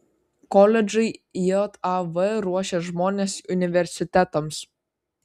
koledžai jav ruošia žmones universitetams